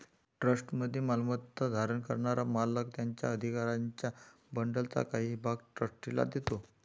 ट्रस्टमध्ये मालमत्ता धारण करणारा मालक त्याच्या अधिकारांच्या बंडलचा काही भाग ट्रस्टीला देतो